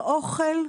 באוכל,